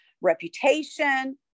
reputation